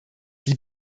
die